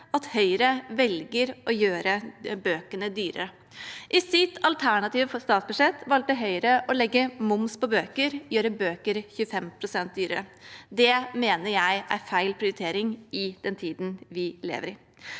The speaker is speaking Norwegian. at Høyre velger å gjøre bøkene dyrere. I sitt alternative statsbudsjett valgte Høyre å legge moms på bøker, gjøre bøker 25 pst. dyrere. Det mener jeg er feil prioritering i den tiden vi lever i.